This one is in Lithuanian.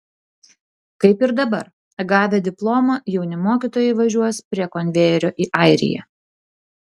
kaip ir dabar gavę diplomą jauni mokytojai važiuos prie konvejerio į airiją